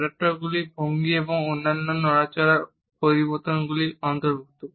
অ্যাডাপ্টারগুলিতে ভঙ্গি এবং অন্যান্য নড়াচড়ার পরিবর্তনগুলি অন্তর্ভুক্ত